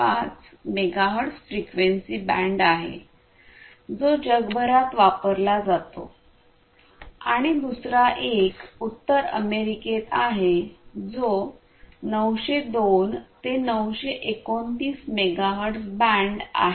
5 megahertz frequency band आहे जो जगभरात वापरला जातो आणि दुसरा एक उत्तर अमेरिकेत आहे जो 902 ते 929 मेगाहर्ट्ज बँड आहे